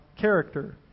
character